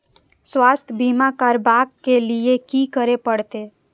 स्वास्थ्य बीमा करबाब के लीये की करै परतै?